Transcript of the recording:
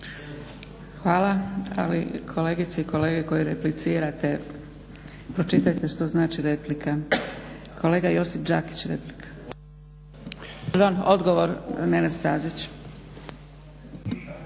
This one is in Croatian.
Hvala. Ali kolegice i kolege koji replicirate pročitajte što znači replika. Kolega Josip Đakić replika. Pardon, odgovor Nenad Stazić.